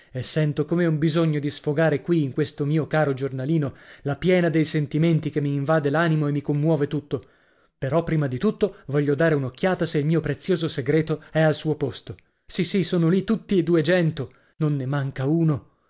e sento come un bisogno di sfogare qui in questo mio caro giornalino la piena dei sentimenti che mi invade l'animo e mi commuove tutto però prima di tutto voglio dare un'occhiata se il mio prezioso segreto e al suo posto sì sì sono lì tutti e duegento non ne manca uno